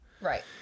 Right